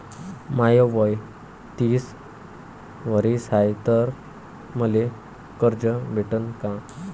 माय वय तीस वरीस हाय तर मले कर्ज भेटन का?